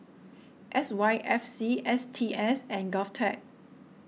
S Y F C S T S and Govtech